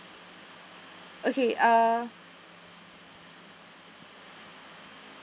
okay ah